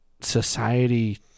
society